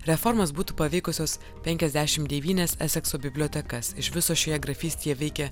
reformos būtų paveikusios penkiasdešim devynias esekso bibliotekas iš viso šioje grafystėje veikė